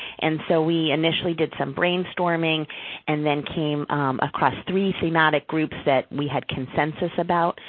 and so, we initially did some brain storming and then came across three thematic groups that we had consensus about.